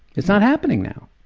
it's not happening now.